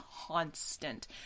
Constant